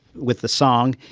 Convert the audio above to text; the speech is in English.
with the song,